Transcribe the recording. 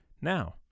Now